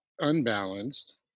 unbalanced